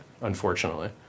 unfortunately